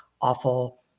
awful